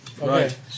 right